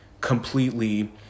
completely